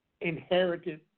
inherited